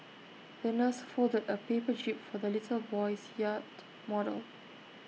the nurse folded A paper jib for the little boy's yacht model